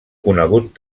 conegut